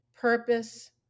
purpose